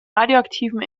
radioaktiven